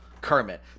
Kermit